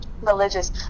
religious